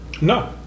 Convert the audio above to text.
No